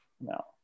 No